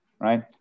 Right